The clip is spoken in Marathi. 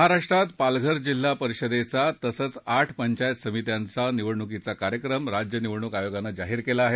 महाराष्ट्रात पालघर जिल्हा परिषदेचा तसंच आठ पंचायत समित्यांचा निवडणुकांचा कार्यक्रम राज्य निवडणूक आयोगानं जाहीर केला आहे